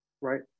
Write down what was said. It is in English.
right